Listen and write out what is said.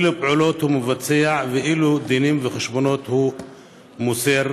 אילו פעולות הוא מבצע ואילו דינים וחשבונות הוא מוסר,